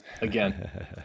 again